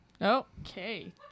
okay